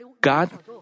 God